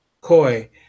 Koi